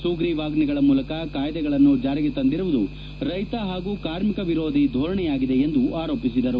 ಸುಗ್ರೀವಾಜ್ಞೆಗಳ ಮೂಲಕ ಕಾಯ್ದೆಗಳನ್ನು ಜಾರಿಗೆ ತಂದಿರುವುದು ರೈತ ಹಾಗೂ ಕಾರ್ಮಿಕ ವಿರೋಧಿ ಧೋರಣೆಯಾಗಿದೆ ಎಂದು ಆರೋಪಿಸಿದರು